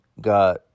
got